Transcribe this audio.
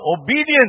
obedience